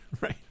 Right